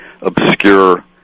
obscure